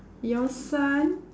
your son